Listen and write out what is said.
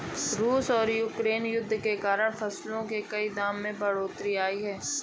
रूस और यूक्रेन युद्ध के कारण फसलों के दाम में बढ़ोतरी आई है